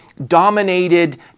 dominated